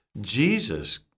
Jesus